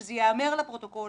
שזה ייאמר לפרוטוקול.